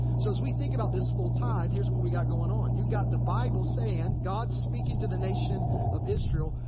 so, as we think about this full tithe, here's what we got going on. you got the bible saying god's speaking to the nation of israel.